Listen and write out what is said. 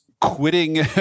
quitting